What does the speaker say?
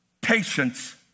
patience